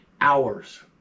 hours